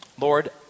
lord